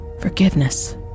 forgiveness